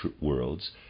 worlds